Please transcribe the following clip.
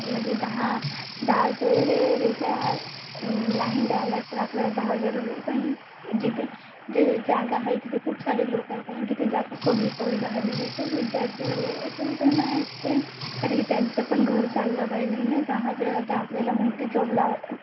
म्हणजे दहा दहा हजार हे रेशा हा लाहीन राह्यलं तर आपल्याला दहा हजार रुपये पण जिथे जे जागा आहे तिथे खूप सारे लोकं आहे कारण की ते जागा कमी पडू राहिली की खूप विद्यार्थी वगैरे आहे खूप जणं आहेत ते कारण की त्यांचं पण घर चाललं पाहिजे नाही दहा हजार आता आपल्याला मोठी जॉब लाव